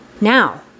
Now